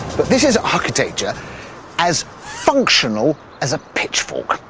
but this is architecture as functional as a pitchfork.